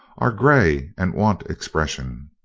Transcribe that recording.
are grey and want expression.